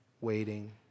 waiting